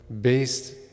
based